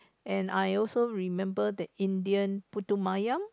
and I also remember the Indian putu-mayam